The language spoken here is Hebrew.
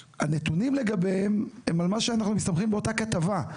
שהנתונים לגביהם הם גם מה על מה שאנחנו מסתמכים באותה כתבה,